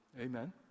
Amen